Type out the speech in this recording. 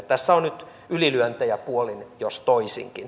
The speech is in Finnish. tässä on nyt ylilyöntejä puolin jos toisinkin